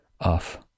off